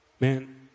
Man